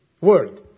Word